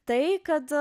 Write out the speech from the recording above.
tai kad